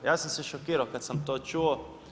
Ja sam se šokirao kada sam to čuo.